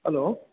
hello